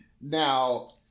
Now